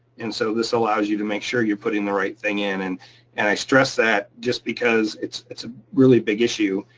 and so this allows you to make sure you're putting the right thing in, and and i stress that just because it's it's a really big issue.